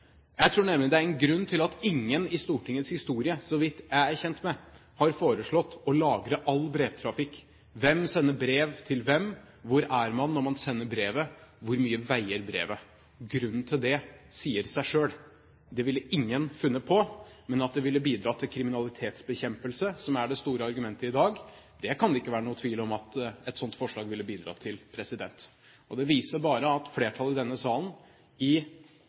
Jeg tror nemlig det er en grunn til at ingen, så vidt jeg er kjent med Stortingets historie, har foreslått å lagre all brevtrafikk: Hvem sender brev til hvem? Hvor er man når man sender brevet? Hvor mye veier brevet? Grunnen til det sier seg selv – det ville ingen funnet på. Men at et slikt forslag ville bidratt til kriminalitetsbekjempelse, som er det store argumentet i dag, kan det ikke være noen tvil om. Det viser bare at flertallet i denne salen i